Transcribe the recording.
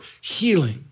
healing